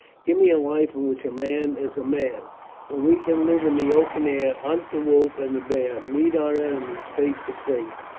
give me a life in which a man is a man when we can live in the open air, hunt the wolf and the bear, meet our enemies face to face,